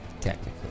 technically